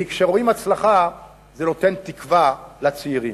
וכשרואים הצלחה זה נותן תקווה לצעירים.